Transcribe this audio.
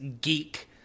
Geek